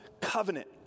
covenant